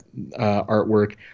artwork